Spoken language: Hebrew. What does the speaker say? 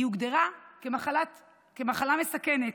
הוגדרה כמחלה מסכנת.